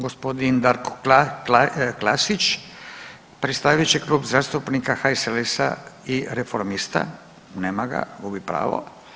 Gospodin Darko Klasić predstavit će Klub zastupnika HSLS-a i Reformista, nema ga, gubi pravo.